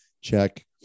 check